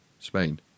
Spain